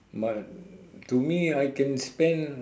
but to me I can spend